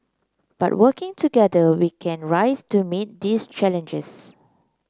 but working together we can rise to meet these challenges